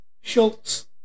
Schultz